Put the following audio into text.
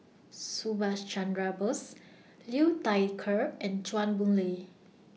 Subhas Chandra Bose Liu Thai Ker and Chua Boon Lay